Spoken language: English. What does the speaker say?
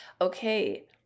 Okay